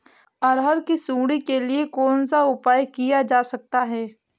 अरहर की सुंडी के लिए कौन सा उपाय किया जा सकता है?